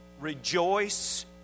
Rejoice